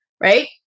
Right